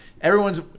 Everyone's